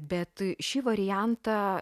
bet šį variantą